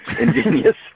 ingenious